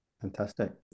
Fantastic